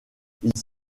ils